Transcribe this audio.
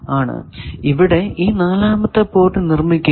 അതാണ് ഇവിടെ ഈ നാലാമത്തെ പോർട്ട് നിർമിക്കുക